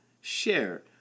Share